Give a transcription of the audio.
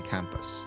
Campus